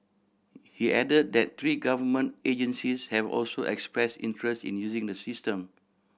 he add that three government agencies have also express interest in using the system